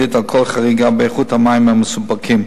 על כל חריגה באיכות המים המסופקים.